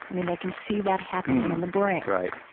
i mean, they can see that happening in the brain right.